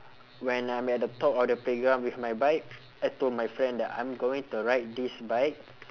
when I'm at the top of the playground with my bike I told my friend that I'm going to ride this bike